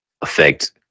affect